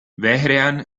vehrehan